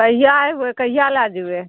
कहिआ अएबै कहिआ लै जएबै